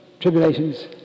tribulations